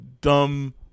dumb